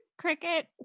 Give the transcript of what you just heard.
cricket